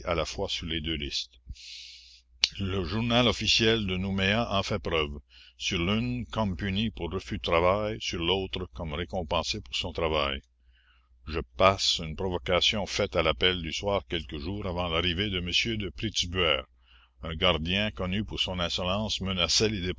à la fois sur les deux listes le journal officiel de nouméa en fait preuve sur l'une comme puni pour refus de travail sur l'autre comme récompensé pour son travail je passe une provocation faite à l'appel du soir quelques jours avant l'arrivée de m de pritzbuer un gardien connu pour son insolence menaçait